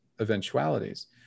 eventualities